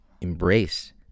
embrace